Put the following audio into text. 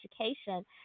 education